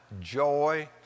joy